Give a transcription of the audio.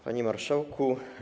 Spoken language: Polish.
Panie Marszałku!